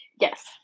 Yes